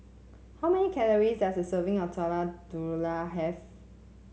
how many calories does a serving of Telur Dadah have